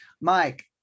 Mike